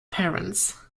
parents